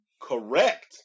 Correct